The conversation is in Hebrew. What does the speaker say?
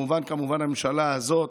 כמובן שהממשלה הזאת,